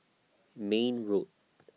Mayne Road